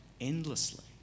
endlessly